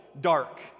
dark